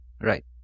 right